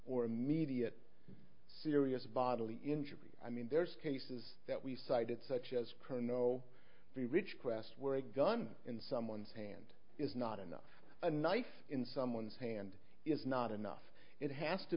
or immediate serious bodily injury i mean there's cases that we cited such as per no three richard quest where a gun in someone's hand is not enough a knife in someone's hand is not enough it has to